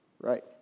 Right